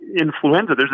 influenza